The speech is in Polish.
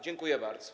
Dziękuję bardzo.